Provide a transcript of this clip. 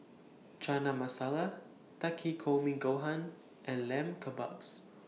Chana Masala Takikomi Gohan and Lamb Kebabs